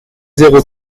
zéro